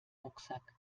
rucksack